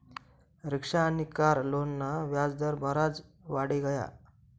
rickshaw आनी car लोनना व्याज दर बराज वाढी गया